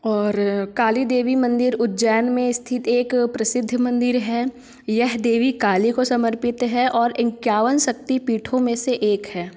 और काली देवी मंदिर उज्जैन में स्थित एक प्रसिद्ध मंदिर है यह देवी काली को समर्पित है और इक्यावन शक्ति पीठों में से एक है